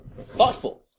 Thoughtful